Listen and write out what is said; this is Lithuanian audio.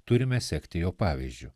turime sekti jo pavyzdžiu